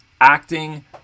acting